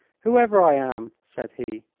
whoever i am, said he,